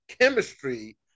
chemistry